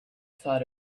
thought